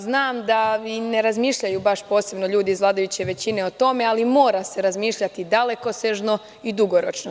Znam da ne razmišljaju posebno ljudi iz vladajuće većine o tome ali mora se razmišljati dalekosežno i dugoročno.